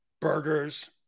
burgers